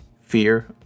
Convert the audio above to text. Fear